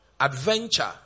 adventure